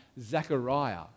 Zechariah